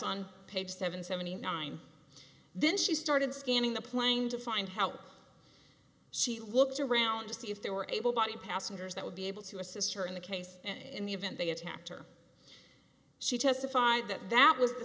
on page seven seventy nine then she started scanning the planning to find how she looked around to see if they were able body passengers that would be able to assist her in the case in the event they attacked her she testified that that was the